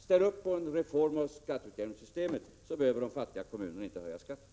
Ställ upp på en reform beträffande skatteutjämningssystemet, så behöver de fattiga kommunerna inte höja skatten!